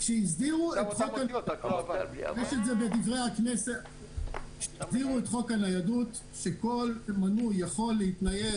כשהגדירו את חוק הניידות שכל מנוי יכול להתנייד